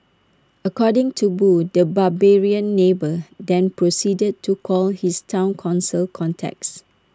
according to boo the barbarian neighbour then proceeded to call his Town Council contacts